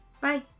Bye